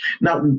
Now